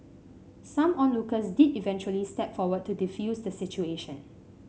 some onlookers did eventually step forward to defuse the situation